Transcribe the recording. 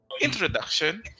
introduction